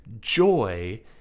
joy